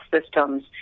systems